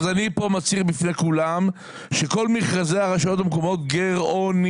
אז אני פה מצהיר בפני כולם שכל מכרזי הרשויות המקומיות גרעוניות.